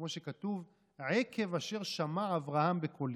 כמו שכתוב "עקב אשר שמע אברהם בְּקֹלִי"